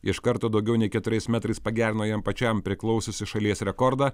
iš karto daugiau nei keturiais metrais pagerino jam pačiam priklausiusį šalies rekordą